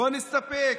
לא נסתפק.